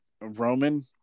Roman